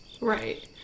Right